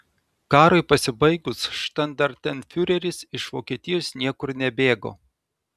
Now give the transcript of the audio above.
karui pasibaigus štandartenfiureris iš vokietijos niekur nebėgo